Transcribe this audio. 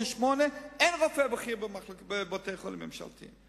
בשעה 08:00 אין רופא בכיר בבתי-חולים ממשלתיים.